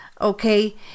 Okay